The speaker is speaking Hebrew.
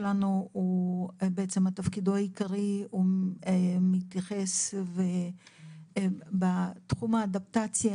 תפקידו העיקרי של המשרד שלנו מתייחס לתחום האדפטציה,